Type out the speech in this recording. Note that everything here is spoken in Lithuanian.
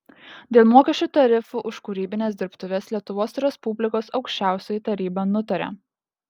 dėl mokesčių tarifų už kūrybines dirbtuves lietuvos respublikos aukščiausioji taryba nutaria